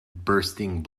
bursting